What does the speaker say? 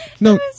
No